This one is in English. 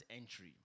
Entry